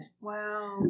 Wow